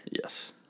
Yes